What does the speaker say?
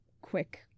quick